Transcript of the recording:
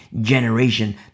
generation